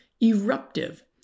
eruptive